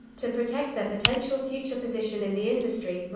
to protect their potential future position in the industry,